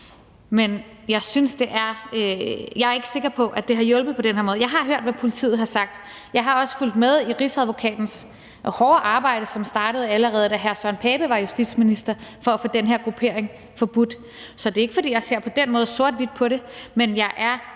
selv er det rigtige. Jeg er ikke sikker på, at det har hjulpet på den her måde. Jeg har hørt, hvad politiet har sagt. Jeg har også fulgt med i Rigsadvokatens hårde arbejde, som startede, allerede da hr. Søren Pape Poulsen var justitsminister, for at få den her gruppering forbudt. Det er ikke, fordi jeg på den måde ser sort-hvidt på det, men jeg er